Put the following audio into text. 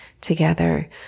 together